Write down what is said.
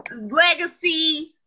legacy